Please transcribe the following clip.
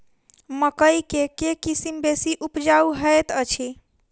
मकई केँ के किसिम बेसी उपजाउ हएत अछि?